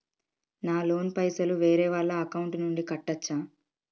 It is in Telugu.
నా లోన్ పైసలు వేరే వాళ్ల అకౌంట్ నుండి కట్టచ్చా?